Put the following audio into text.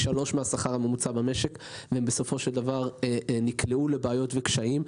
שלושה מהשכר הממוצע במשק ובסופו של דבר נקלעו לבעיות וקשיים.